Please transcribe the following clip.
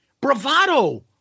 bravado